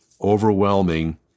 overwhelming